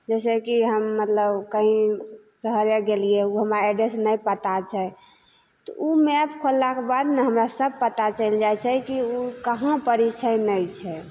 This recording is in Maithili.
जइसेकि हम मतलब कहीँ शहरे गेलिए ओ हमरा एड्रेस नहि पता छै तऽ ओ मैप खोललाके बाद ने हमरा सब पता चलि जाइ छै कि ओ कहाँपर छै नहि छै